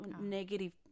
negative